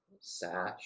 sash